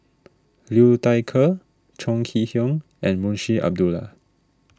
Liu Thai Ker Chong Kee Hiong and Munshi Abdullah